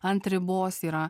ant ribos yra